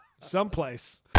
someplace